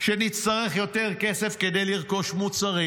שנצטרך יותר כסף כדי לרכוש מוצרים.